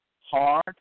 hard